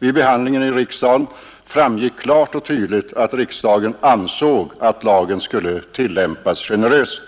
Vid behandlingen i riksdagen framgick klart och tydligt att riksdagen ansåg att lagen skulle tillämpas generöst.